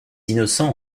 innocent